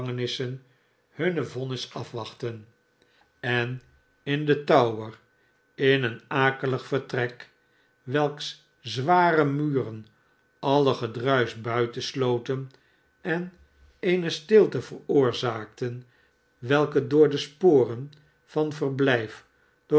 hun vonnis afwachtten en in den tower in een akelig vertrek welks zware muren alle gedruisch buitensloten en eene stilte veroorzaakten welke door de sporen van verblijf